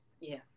Yes